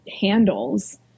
handles